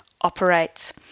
operates